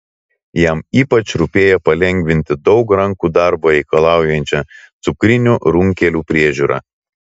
jam ypač rūpėjo palengvinti daug rankų darbo reikalaujančią cukrinių runkelių priežiūrą